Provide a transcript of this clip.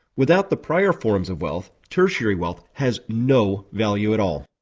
without the prior forms of wealth, tertiary wealth has no value at all.